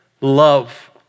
love